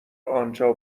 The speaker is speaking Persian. آنجا